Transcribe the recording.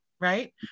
right